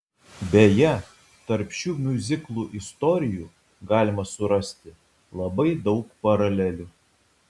beje tarp šių miuziklų istorijų galima surasti labai daug paralelių